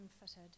unfitted